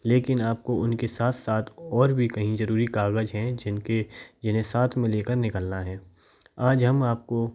लेकिन आप को उनके साथ साथ और भी कई ज़रूरी कागज हैं जिन के जिन्हें साथ में ले कर निकालना है आज हम आप को